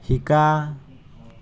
শিকা